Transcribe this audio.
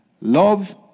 Love